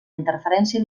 interferència